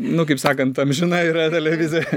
nu kaip sakant amžina yra televizijoj